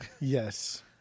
yes